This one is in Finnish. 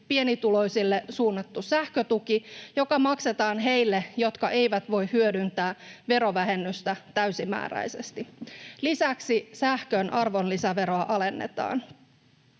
pienituloisille suunnattu sähkötuki, joka maksetaan heille, jotka eivät voi hyödyntää verovähennystä täysimääräisesti. Lisäksi sähkön arvonlisäveroa alennetaan.